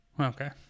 Okay